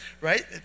right